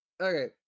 Okay